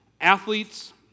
Athletes